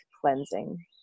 cleansing